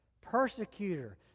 persecutor